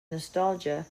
nostalgia